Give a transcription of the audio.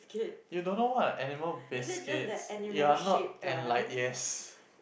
you don't know what are animal biscuit you are not enlight~ yes